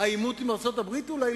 העימות עם ארצות-הברית אולי,